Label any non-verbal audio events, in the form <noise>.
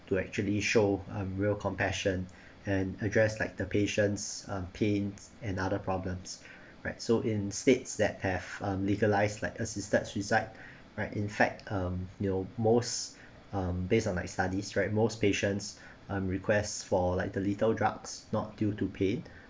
to actually show um real compassion <breath> and address like the patient's um pains and other problems <breath> right so in states that have um legalized like assisted suicide <breath> right in fact um you know most <breath> um based on like studies right most patients <breath> um requests for like the lethal drugs not due to pain